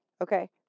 Okay